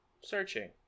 Searching